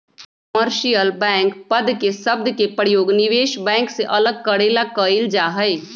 commercial bank पद के शब्द के प्रयोग निवेश बैंक से अलग करे ला कइल जा हई